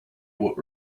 would